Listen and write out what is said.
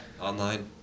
Online